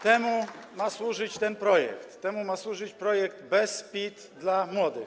Temu ma służyć ten projekt, temu ma służyć projekt „Bez PIT dla młodych”